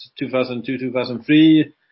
2002-2003